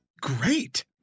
great